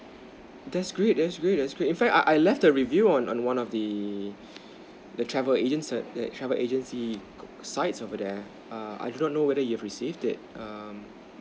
that's great that's great that's great if I I leave the review on on one of the the travel agent that travel agency sites over there err I do not know whether you've received it mm